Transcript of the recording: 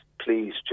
please